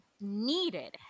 needed